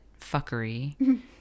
fuckery